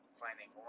finding